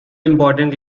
important